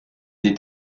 des